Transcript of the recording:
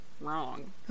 wrong